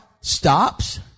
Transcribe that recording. stops